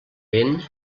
vent